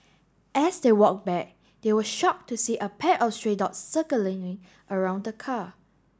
as they walked back they were shocked to see a pack of stray dogs circling around the car